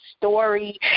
story